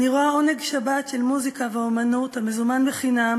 אני רואה עונג שבת של מוזיקה ואמנות המזומן חינם